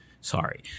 sorry